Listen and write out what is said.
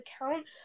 account